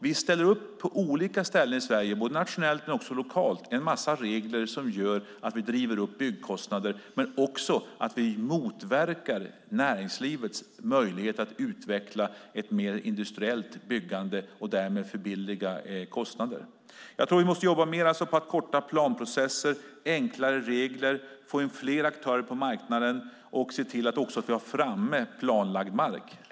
Vi ställer upp på olika håll i Sverige, både nationellt och lokalt, en massa regler som gör att vi driver upp byggkostnader och motverkar näringslivets möjligheter att utveckla ett mer industriellt byggande och därmed förbilliga kostnaderna. Jag tror att vi måste jobba mer med korta planprocesser, enklare regler, få in fler aktörer på marknaden och se till att ha framme planlagd mark.